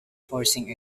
forcing